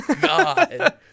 God